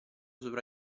sopra